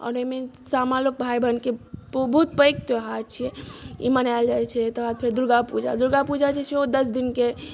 आब एहिमे सामा लोक भाय बहिनके बहुत पैघ त्योहार छियै ई मनायल जाइत छै तकर बाद फेर दुर्गा पूजा दुर्गा पूजा जे छै ओ दस दिनके